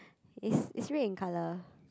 it's it's red in colour